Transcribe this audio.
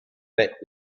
met